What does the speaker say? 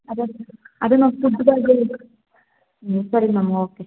ಅದೇ ma'am food ಬಗ್ಗೆ ಹ್ಞೂ ಸರಿ ಮ್ಯಾಮ್ ಓಕೆ